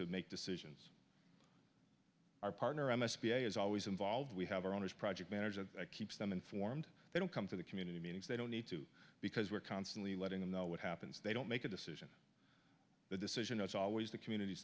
to make decisions our partner m s p is always involved we have our own as project manager keeps them informed they don't come to the community meetings they don't need to because we're constantly letting them know what happens they don't make a decision the decision is always the communit